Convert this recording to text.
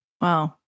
wow